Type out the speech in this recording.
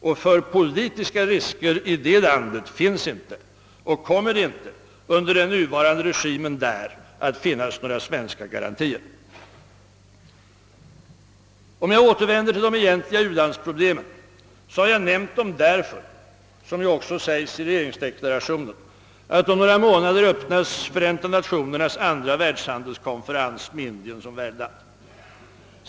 Och för politiska risker i det landet finns inte och kommer inte under den nuvarande regimen där att finnas några svenska garantier. Om jag återvänder till de egentliga u-landsproblemen har jag nämnt dem därför — som också säges i regeringsdeklarationen — att om några månader öppnas Förenta Nationernas andra världshandelskonferens med Indien som värdland.